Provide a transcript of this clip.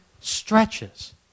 stretches